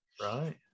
Right